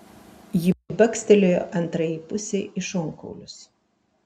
ji bakstelėjo antrajai pusei į šonkaulius